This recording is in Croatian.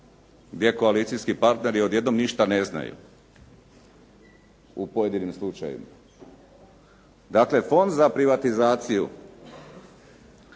gdje koalicijski partneri odjednom ništa ne znaju u pojedinim slučajevima. Dakle, Fond za privatizaciju